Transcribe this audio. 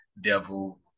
devil